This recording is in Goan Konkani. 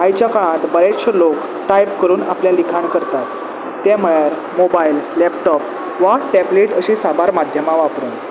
आयच्या काळांत बरेचशे लोक टायप करून आपले लिखाण करतात ते म्हळ्यार मोबायल लॅपटॉप वा टॅबलेट अशीं साबार माध्यमां वापरून